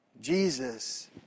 Jesus